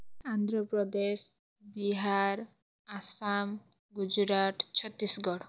Andhra Pradesh Bihar Assam Gujarat Chhattisgarh